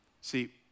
See